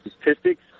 statistics